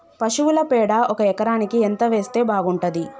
పశువుల పేడ ఒక ఎకరానికి ఎంత వేస్తే బాగుంటది?